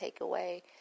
takeaway